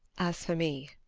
as for me,